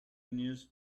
news